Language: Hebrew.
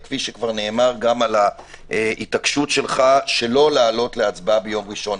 וגם על ההתעקשות שלך לא להעלות להצבעה ביום ראשון.